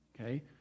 okay